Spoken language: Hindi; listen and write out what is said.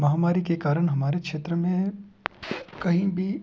महामारी के कारण हमारे क्षेत्र में कहीं भी